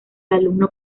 alumno